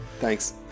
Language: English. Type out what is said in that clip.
Thanks